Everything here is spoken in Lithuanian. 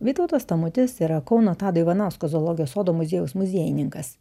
vytautas tamutis yra kauno tado ivanausko zoologijos sodo muziejaus muziejininkas